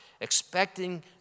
expecting